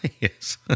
Yes